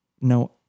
No